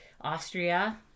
Austria